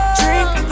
drink